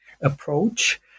approach